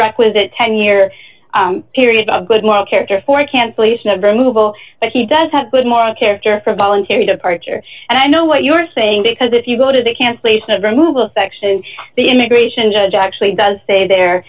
requisite ten year period of good moral character for cancellation of removal but he does have good moral character for a voluntary departure and i know what you're saying because if you go to the cancellation of removal section the immigration judge actually does say there